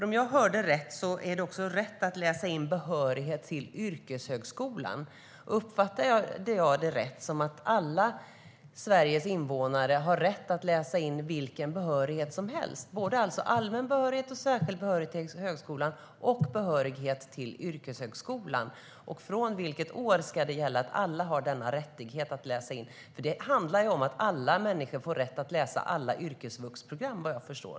Om jag hörde rätt har man också rätt att läsa in behörighet till yrkeshögskolan. Uppfattade jag det rätt, att alla Sveriges invånare har rätt att läsa in vilken behörighet som helst? Det gäller alltså både allmän och särskild behörighet till högskolan och behörighet till yrkeshögskolan. Från vilket år ska det gälla att alla har denna rättighet att läsa in? Det handlar om att alla människor också får rätt att läsa alla yrkesvuxprogram, såvitt jag förstår.